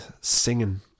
singing